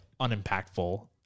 unimpactful